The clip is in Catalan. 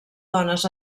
dones